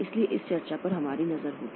इसलिए इस चर्चा पर हमारी नज़र होगी